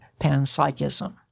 panpsychism